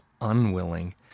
unwilling